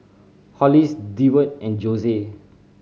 Hollis Deward and Jose